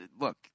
look